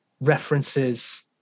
references